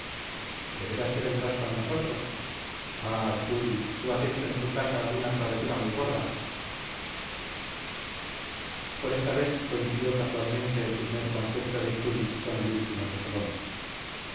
veras te vendrás con nosotros ah churi tú has hecho en tu casa alguna travesura muy gorda por esta vez coincidió casualmente el primer concepto de churi con el último de saloma